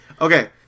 Okay